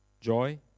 joy